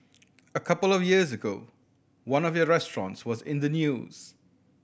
a couple of years ago one of your restaurants was in the news